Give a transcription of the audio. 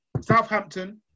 Southampton